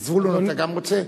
זבולון, אתה גם רוצה?